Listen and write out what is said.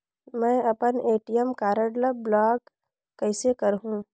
मै अपन ATM card ल ब्लाक कइसे करहूं?